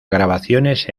grabaciones